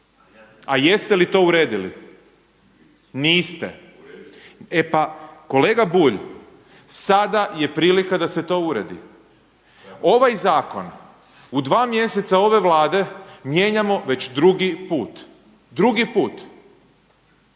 A jeste li to uredili? Niste. E pa, kolega Bulj, sada je prilika da se to uredi. Ovaj zakon u dva mjeseca ove Vlade mijenjamo već drugi put. Drugi put.